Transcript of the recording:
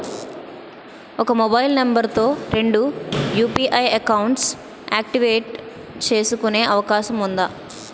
ఒక mobile number తో రెండు యు.పి.ఐ అకౌంట్స్ యాక్టివేట్ చేసుకునే అవకాశం వుందా?